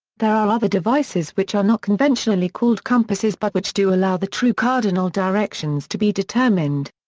there are other devices which are not conventionally called compasses but which do allow the true cardinal directions to be determined.